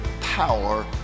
power